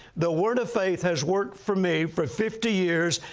the word of faith has worked for me for fifty years,